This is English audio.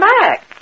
back